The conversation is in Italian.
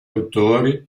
autori